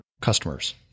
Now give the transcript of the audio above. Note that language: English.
customers